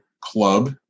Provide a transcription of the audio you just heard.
club